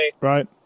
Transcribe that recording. Right